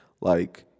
like-